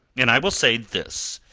and i will say this,